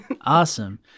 Awesome